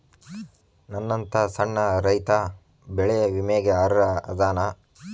ನನ್ನಂತ ಸಣ್ಣ ರೈತಾ ಬೆಳಿ ವಿಮೆಗೆ ಅರ್ಹ ಅದನಾ?